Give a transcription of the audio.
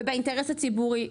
ובאינטרס הציבורי,